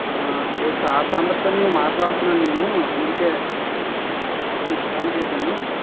అదే సార్స్ అందరితోని మాట్లాడుతున్నాను నేను అందుకే మీకు ఫోన్ చేశాను